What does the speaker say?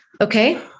Okay